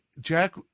Jack